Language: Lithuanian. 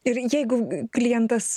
ir jeigu klientas